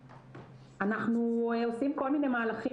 אנחנו עושים כל מיני מהלכים,